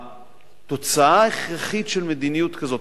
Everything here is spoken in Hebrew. התוצאה ההכרחית של מדיניות כזאת,